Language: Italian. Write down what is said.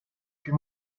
più